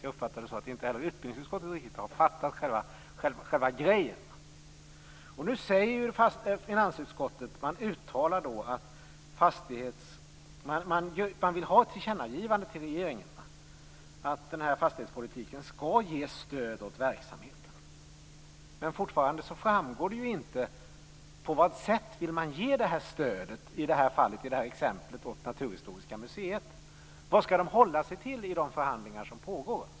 Jag uppfattar det så att inte heller utbildningsutskottet riktigt har fattat själva grejen. Nu uttalar ju finansutskottet att man vill ha ett tillkännagivande till regeringen att den här fastighetspolitiken skall ge stöd åt verksamheten. Men fortfarande framgår det inte på vilket sätt man vill ge det här stödet åt, som i det här exemplet, Naturhistoriska museet. Vad skall de hålla sig till i de förhandlingar som pågår?